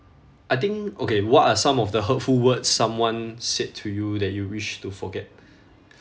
I think okay what are some of the hurtful words someone said to you that you wish to forget